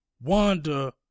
Wanda